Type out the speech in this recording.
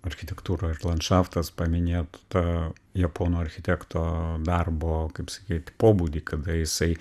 architektūra ir landšaftas paminėt tą japonų architekto darbo kaip sakyt pobūdį kada jisai